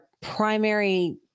primary